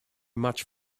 much